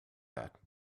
that